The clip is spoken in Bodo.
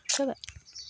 जाबाय